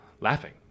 laughing